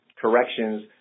corrections